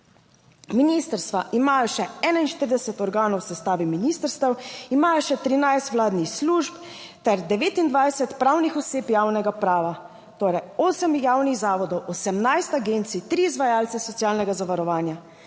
Ministrstva imajo še 41 organov, v sestavi ministrstev imajo še 13 vladnih služb ter 29 pravnih oseb javnega prava, torej 8 javnih zavodov, 18 agencij, 3 izvajalce socialnega zavarovanja.